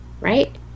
Right